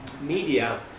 media